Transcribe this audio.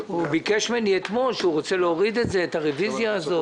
הוא אמר לי אתמול שהוא רוצה להוריד את הרוויזיה הזאת.